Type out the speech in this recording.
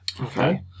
Okay